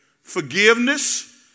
Forgiveness